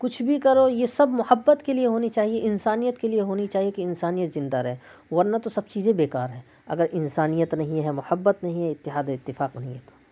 کچھ بھی کرو یہ سب محبت کے لیے ہونی چاہیے انسانیت کے لیے ہونی چاہیے کہ انسانیت زندہ رہے ورنہ تو سب چیزیں بیکار ہیں اگر انسانیت نہیں ہے محبت نہیں ہے اتحاد و اتفاق نہیں ہے تو